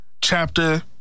Chapter